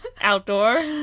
Outdoor